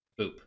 Boop